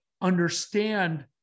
understand